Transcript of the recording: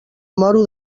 moro